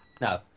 No